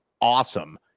awesome